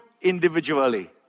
individually